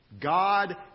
God